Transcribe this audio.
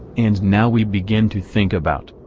and now we begin to think about,